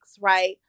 right